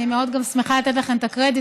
אני גם מאוד שמחה לתת לכן את הקרדיט,